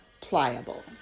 Pliable